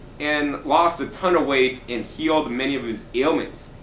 and lost a ton of weight and healed many of his ailments.